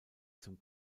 zum